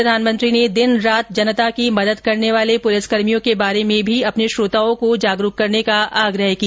प्रधानमंत्री ने दिन रात जनता की मदद करने वाले पुलिसकर्मियों के बारे में भी अपने श्रोताओं को जागरूक बनाने का आग्रह किया